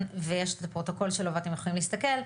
ויש את הפרוטוקול שלו ואתם יכולים להסתכל,